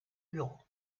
bureau